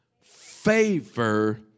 favor